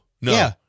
No